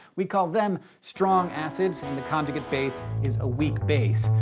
we call them strong acids, and the conjugate base is a weak base.